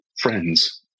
friends